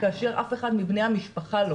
כאשר אף אחד מבני המשפחה לא.